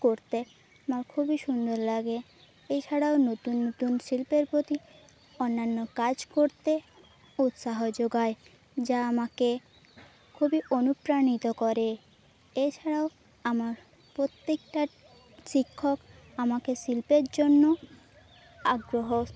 করতে আমার খুবই সুন্দর লাগে এছাড়াও নতুন নতুন শিল্পের প্রতি অন্যান্য কাজ করতে উৎসাহ যোগায় যা আমাকে খুবই অনুপ্রাণিত করে এছাড়াও আমার প্রত্যেকটা শিক্ষক আমাকে শিল্পের জন্য আগ্রহ